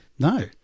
No